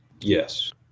Yes